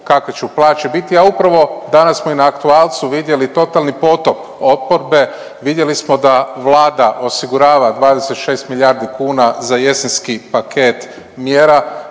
kakve će plaće biti. A upravo danas smo i na aktualcu vidjeli totalni potop oporbe, vidjeli smo da Vlada osigurava 26 milijardi kuna za jesenski paket mjera,